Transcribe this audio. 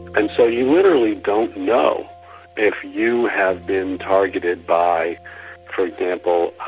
and so you literally don't know if you have been targeted by for example,